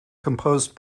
composed